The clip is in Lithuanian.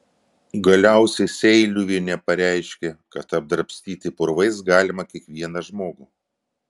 galiausiai seiliuvienė pareiškė kad apdrabstyti purvais galima kiekvieną žmogų